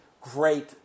great